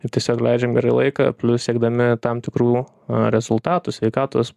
ir tiesiog leidžiam gerai laiką plius siekdami tam tikrų rezultatų sveikatos